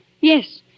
Yes